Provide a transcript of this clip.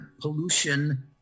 pollution